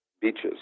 beaches